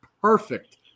perfect